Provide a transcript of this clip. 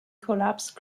collapse